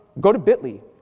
go to bit-lee,